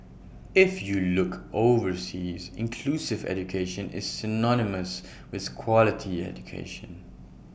if you look overseas inclusive education is synonymous with quality education